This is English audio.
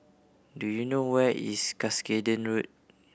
do you know where is Cuscaden Road